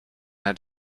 had